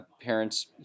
parents